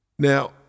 Now